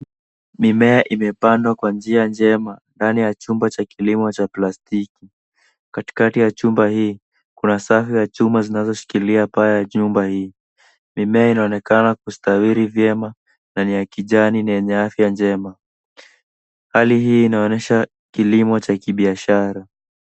Mimea imepandwa kwa njia njema, ndani ya chumba cha kilimo cha plastiki. Katika ya chumba hii kuna safu ya chuma zinazoshikilia paa ya nyumba hii. Mimea inaonekana kustawiri vyema na ni ya kijani na enye afya njema. Hali hii inaonyesha kilimo cha biashara.